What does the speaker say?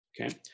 Okay